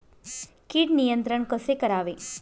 कीड नियंत्रण कसे करावे?